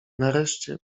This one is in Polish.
nareszcie